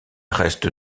reste